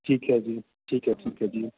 ਠੀਕ ਹੈ ਜੀ ਠੀਕ ਹੈ ਠੀਕ ਹੈ ਜੀ